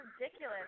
ridiculous